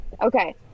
Okay